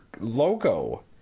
logo